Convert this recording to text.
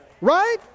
Right